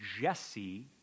Jesse